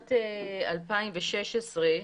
בשנת 2016,